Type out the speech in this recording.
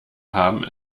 haben